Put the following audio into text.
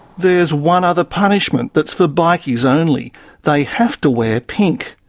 there's one other punishment that's for bikies only they have to wear pink.